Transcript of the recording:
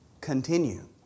continue